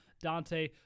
Dante